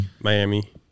Miami